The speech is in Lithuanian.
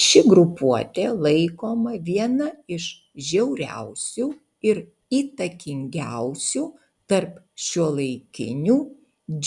ši grupuotė laikoma viena iš žiauriausių ir įtakingiausių tarp šiuolaikinių